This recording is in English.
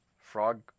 Frog